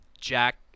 Jack